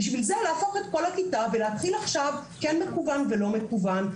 לשם כך להפוך את כל הכיתה ולהתחיל עכשיו בלימוד כן מקוון ולא מקוון.